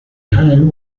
hive